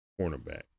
cornerback